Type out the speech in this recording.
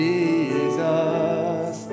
Jesus